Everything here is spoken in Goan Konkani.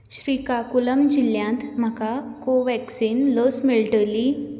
श्रीकाकुलम जिल्ल्यांत म्हाका कोव्हॅक्सिन लस मेळटली